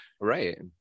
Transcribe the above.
right